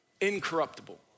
incorruptible